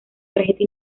tarjeta